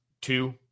Two